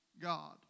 God